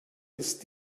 ist